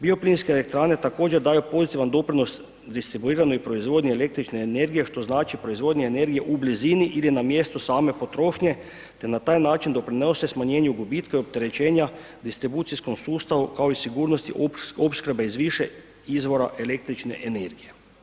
Bioplinske elektrane također daju pozitivan doprinos distribuiranoj proizvodnji električne energije što znači proizvodnja energije u blizini ili na mjestu same potrošnje te na taj način doprinose smanjenju gubitka i opterećenja distribucijskom sustavu kao i sigurnosti opskrbe iz više izvora električne energije.